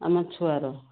ଆମ ଛୁଆର